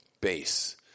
base